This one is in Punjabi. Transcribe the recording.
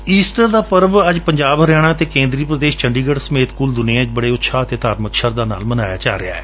ਈਸਟਰ ਦਾ ਪਰਬ ਅੱਜ ਪੰਜਾਬ ਹਰਿਆਣਾ ਅਤੇ ਕੇਂਦਰੀ ਪ੍ਦੇਸ਼ ਚੰਡੀਗੜ੍ ਸਮੇਤ ਕੁਲ ਦੁਨੀਆਂ ਵਿਚ ਬੜੇ ਉਤਸ਼ਾਹ ਅਤੇ ਧਾਰਮਿਕ ਸ਼ਰਧਾ ਨਾਲ ਮਨਾਇਆ ਜਾ ਰਿਹੈ